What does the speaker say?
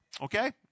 Okay